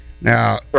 Now